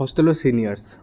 হোষ্টেলৰ ছিনিয়াৰছ